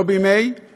לא בימי, ?